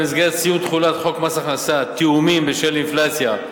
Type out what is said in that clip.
במסגרת סיום תחולת חוק מס הכנסה (תיאומים בשל אינפלציה),